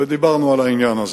ודיברנו על העניין הזה.